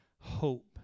hope